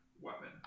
weapon